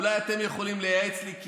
אולי אתם יכולים לייעץ לי,